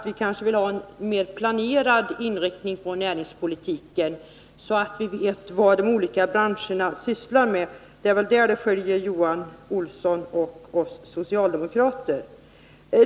Vi vill ha en mer planerad inriktning på näringspolitiken, så att vi vet vad de olika branscherna sysslar med. Det är det som är skillnaden mellan Johan Olsson och oss socialdemokrater.